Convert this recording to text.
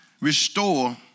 Restore